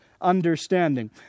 understanding